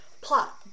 Plot